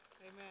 Amen